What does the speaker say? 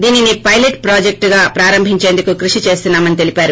దీనిని పైలట్ ప్రాజెక్టును ప్రారంభించేందుకు కృషి చేస్తున్నా మని తెలిపారు